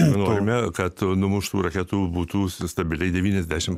žinojome kad numuštų raketų būtų stabiliai devyniasdešimt